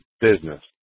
Business